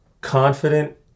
confident